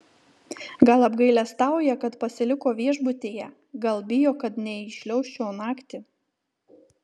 gal apgailestauja kad pasiliko viešbutyje gal bijo kad neįšliaužčiau naktį